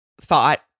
thought